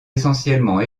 essentiellement